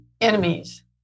enemies